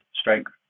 strength